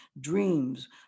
dreams